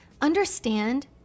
understand